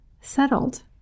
settled